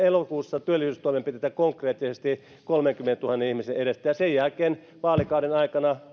elokuussa työllisyystoimenpiteitä konkreettisesti kolmenkymmenentuhannen ihmisen edestä ja sen jälkeen kolmekymmentätuhatta lisää vaalikauden aikana